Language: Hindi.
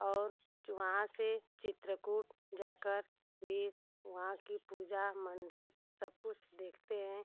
और वहाँ से चित्रकूट जाकर भी वहाँ की पूजा मंदिर सब कुछ देखते हैं